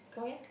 come again